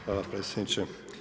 Hvala predsjedniče.